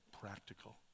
practical